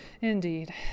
Indeed